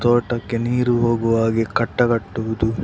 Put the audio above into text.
ತೋಟಕ್ಕೆ ನೀರು ಹೋಗುವ ಹಾಗೆ ಕಟ್ಟೆ ಕಟ್ಟುವುದು